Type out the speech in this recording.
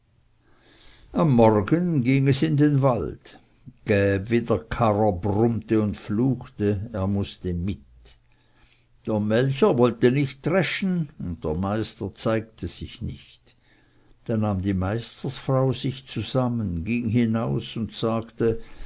am morgen ging es in den wald gäb wie der karrer brummte und fluchte er mußte mit der melcher wollte nicht dreschen und der meister zeigte sich nicht da nahm die meisterfrau sich zusammen ging hinaus und sagte